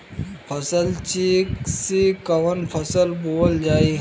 फसल चेकं से कवन फसल बोवल जाई?